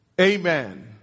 amen